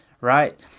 right